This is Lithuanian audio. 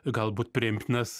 galbūt priimtinas